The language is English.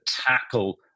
tackle